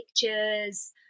pictures